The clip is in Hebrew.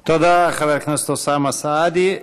תודה, חבר הכנסת אוסאמה סעדי.